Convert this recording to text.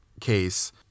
case